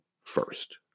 first